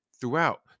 throughout